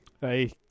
Hey